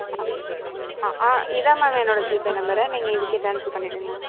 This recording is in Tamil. ஆ ஆ ஆ இதுதான் மேம் என்னோடய ஜிபே நம்பரு நீங்கள் இதுக்கே ட்ராஸ்ன்ஃபர் பண்ணிவிடுங்க